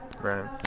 Right